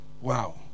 Wow